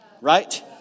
right